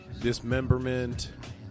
dismemberment